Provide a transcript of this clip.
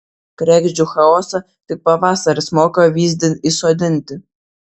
kregždžių chaosą tik pavasaris moka vyzdin įsodinti